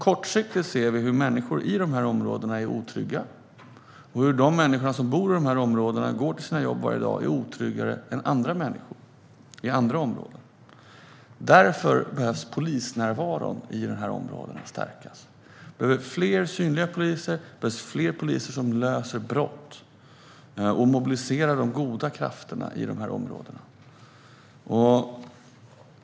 Kortsiktigt ser vi att människor i dessa områden är otrygga och att de människor som bor där och som går till sina jobb varje dag är otryggare än andra människor i andra områden. Därför behöver polisnärvaron i dessa områden stärkas. Vi behöver fler synliga poliser och fler poliser som löser brott och mobiliserar de goda krafterna i de här områdena.